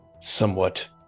somewhat